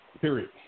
Period